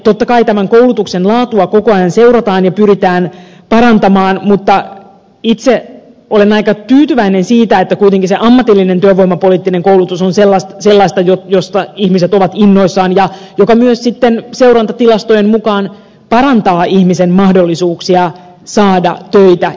totta kai tämän koulutuksen laatua koko ajan seurataan ja pyritään parantamaan mutta itse olen aika tyytyväinen siitä että kuitenkin se ammatillinen työvoimapoliittinen koulutus on sellaista josta ihmiset ovat innoissaan ja joka myös sitten seurantatilastojen mukaan parantaa itse asiassa aika huomattavastikin ihmisen mahdollisuuksia saada töitä